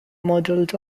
modeled